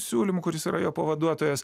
siūlymu kuris yra jo pavaduotojas